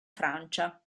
francia